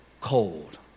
cold